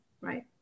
Right